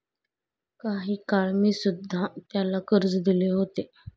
काही काळ मी सुध्धा त्याला कर्ज दिले होते